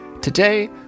Today